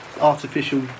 artificial